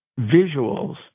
visuals